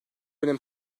önem